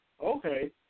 okay